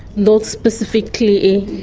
not specifically,